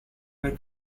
were